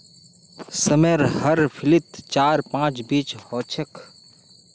सेमेर हर फलीत चार पांच बीज ह छेक